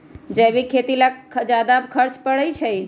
जैविक खेती ला ज्यादा खर्च पड़छई?